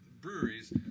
breweries